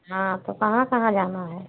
हाँ तो कहाँ कहाँ जाना है